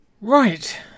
Right